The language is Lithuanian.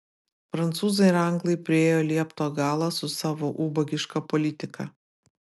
prancūzai ir anglai priėjo liepto galą su savo ubagiška politika